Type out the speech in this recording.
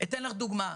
אתן לך דוגמה.